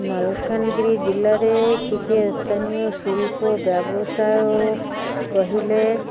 ମାଲକାନଗିରି ଜିଲ୍ଲାରେ କିଛି ସ୍ଥାନୀୟ ଶିଳ୍ପ ବ୍ୟବସାୟ କହିଲେ